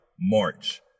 march